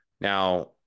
Now